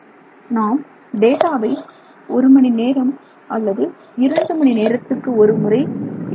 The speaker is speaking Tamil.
நாம் டேட்டா வை ஒரு மணி நேரம் அல்லது இரன்டு மணி நேரத்துக்கு ஒரு முறை எடுக்கிறோம்